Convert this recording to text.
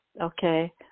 Okay